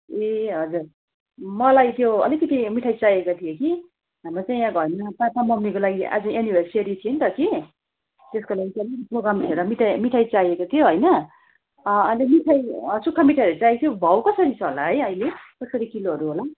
ए हजुर मलाई त्यो अलिकति मिठाई चाहिएको थियो कि हाम्रो चाहिँ यहाँ घरमा पापा ममीको लागि आज एनिभर्सरी थियो अन्त कि त्यसको लागि चाहिँ अलिकति प्रोग्राम थियो र मिठाई मिठाई चाहिएको थियो होइन अनि मिठाई सुक्खा मिठाईहरू चाहिएको थियो भाउ कसरी छ होला है अहिले कसरी किलोहरू होला